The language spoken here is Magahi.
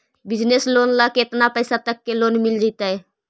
बिजनेस लोन ल केतना पैसा तक के लोन मिल जितै?